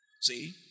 See